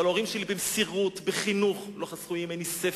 ההורים שלי, במסירות, בחינוך, לא חסכו ממני ספר,